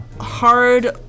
hard